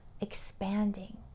expanding